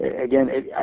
again